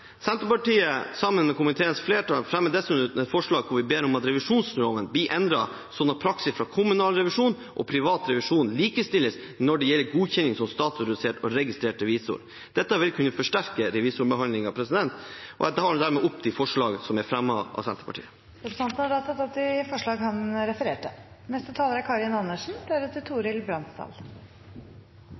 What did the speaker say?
Senterpartiet fremmer, sammen med komiteens flertall, dessuten et forslag hvor vi ber om at revisjonsloven blir endret slik at praksis fra kommunal revisjon og privat revisjon likestilles når det gjelder godkjenning som statsautorisert og registrert revisor. Dette vil kunne forsterke revisorbehandlingen. Jeg tar dermed opp de forslagene som er fremmet av Senterpartiet. Representanten Willfred Nordlund har tatt opp de forslagene han refererte